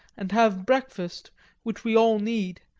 and have breakfast which we all need,